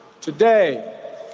Today